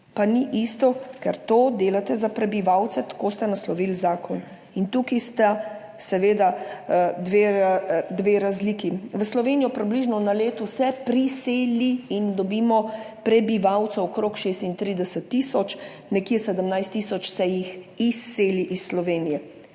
pa ni isto, ker to delate za prebivalce, tako ste naslovili zakon. Tukaj sta seveda dve razliki. V Slovenijo se na leto priseli in dobimo okrog 36 tisoč prebivalcev, nekje 17 tisoč se jih izseli iz Slovenije.